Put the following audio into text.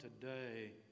today